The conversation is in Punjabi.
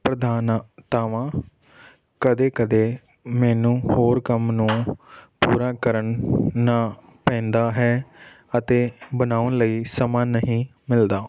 ਪ੍ਰਧਾਨ ਤਾਵਾਂ ਕਦੇ ਕਦੇ ਮੈਨੂੰ ਹੋਰ ਕੰਮ ਨੂੰ ਪੂਰਾ ਕਰਨ ਨਾ ਪੈਂਦਾ ਹੈ ਅਤੇ ਬਣਾਉਣ ਲਈ ਸਮਾਂ ਨਹੀਂ ਮਿਲਦਾ